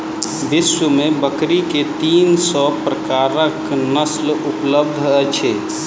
विश्व में बकरी के तीन सौ प्रकारक नस्ल उपलब्ध अछि